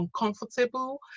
uncomfortable